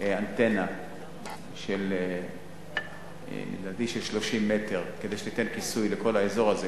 אנטנה של 30 מטר כדי שתיתן כיסוי לכל האזור הזה,